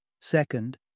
Second